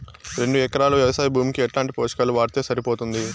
రెండు ఎకరాలు వ్వవసాయ భూమికి ఎట్లాంటి పోషకాలు వాడితే సరిపోతుంది?